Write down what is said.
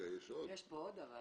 יש כאן עוד.